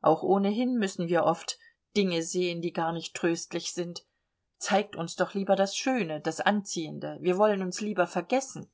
auch ohnehin müssen wir oft dinge sehen die gar nicht tröstlich sind zeigt uns doch lieber das schöne das anziehende wir wollen uns lieber vergessen